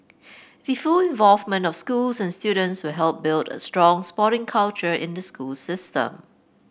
the full involvement of schools and students will help build a strong sporting culture in the school system